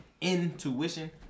Intuition